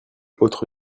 autre